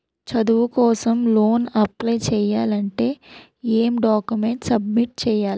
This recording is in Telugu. చదువు కోసం లోన్ అప్లయ్ చేయాలి అంటే ఎం డాక్యుమెంట్స్ సబ్మిట్ చేయాలి?